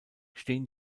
stehen